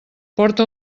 porta